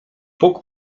puk